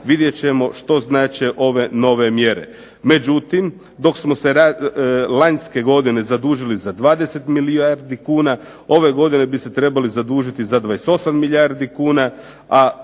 Vidjet ćemo što znače ove nove mjere. Međutim, dok smo se lanjske godine zadužili za 20 milijardi kuna, ove godine bi se trebali zadužiti za 28 milijardi kuna,